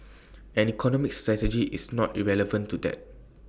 and economic strategy is not irrelevant to that